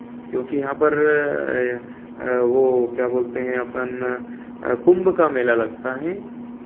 क्योंकि यहाँ पर वह क्या बोलते हैं अपन कुंभ का मेला लगता है